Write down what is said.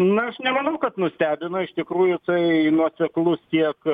na aš nemanau kad nustebino iš tikrųjų tai nuoseklus tiek